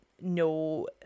No